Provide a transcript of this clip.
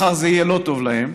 מחר זה יהיה לא טוב להם.